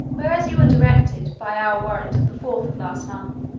whereas you were directed, by our warrant of the fourth of last month,